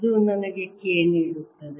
ಇದು ನನಗೆ K ನೀಡುತ್ತದೆ